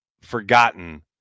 forgotten